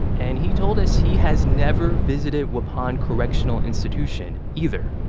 and he told us he has never visited waupun correctional institution either.